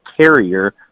carrier